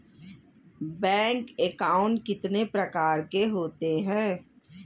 Bank account कितने प्रकार के होते हैं?